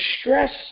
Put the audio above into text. stress